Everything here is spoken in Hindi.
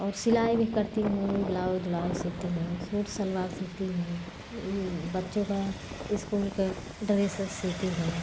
और सिलाई भी करती हूँ ब्लाउज उलाउज सीती हूँ सूट सलवार सीती हूँ बच्चों का इस्कूल के डरेस सीती हूँ